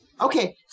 Okay